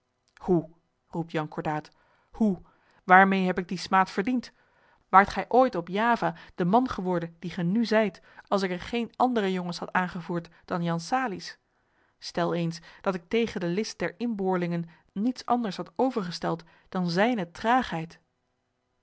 hoe roept jan cordaat hoe waarmeê heb ik dien smaad verdiend waart gij ooit op java de man geworden die ge nu zijt als ik er geene andere jongens had aangevoerd dan jan salie's stel eens dat ik tegen de list der inboorlingen niets anders had overgesteld dan zijne traagheid